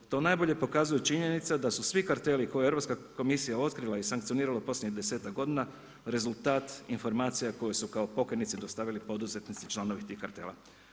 To najbolje pokazuje činjenica da su svi karteli koje je Europska komisija otkrila i sankcionirala u posljednjih 10-ak godina rezultat informacija koje su kao pokajnici dostavili poduzetnici članovi tih kartela.